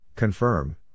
Confirm